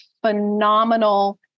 phenomenal